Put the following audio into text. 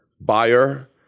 buyer